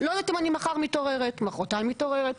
לא יודעת אם מחר אני מתעוררת, מוחרתיים מתעוררת.